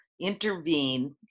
intervene